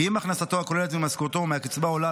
כי אם הכנסתו הכוללת ממשכורתו ומהקצבה עולה